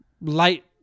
light